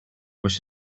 was